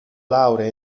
laurea